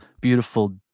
Beautiful